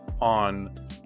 on